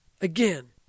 Again